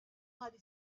hari